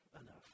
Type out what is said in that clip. enough